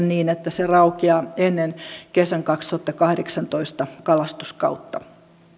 niin että se raukeaa ennen kesän kaksituhattakahdeksantoista kalastuskautta